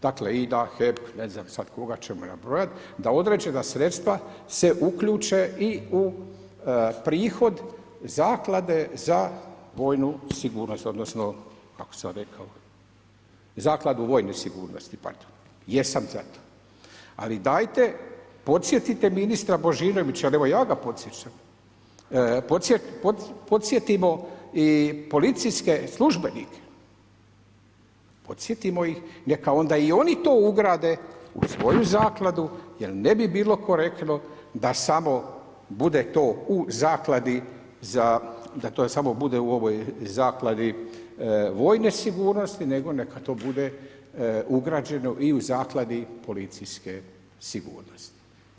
Dakle i da HEP, ne znam sad koga ćemo nabrojat, da određena sredstva se uključe i u prihod zaklade za vojnu sigurnost odnosno kako sam rekao zakladu vojne sigurnosti, pardon, jesam za to ali dajte podsjetite ministra Božinovića, evo ja ga podsjećam, podsjetimo i policijske službenike, podsjetimo ih neka onda i oni to ugrade u svoju zakladu jer ne bi bilo korektno da samo to bude u ovoj zakladi vojne sigurnosti, nego neka to bude ugrađeno i u zakladi policijske sigurnosti.